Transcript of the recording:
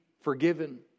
forgiven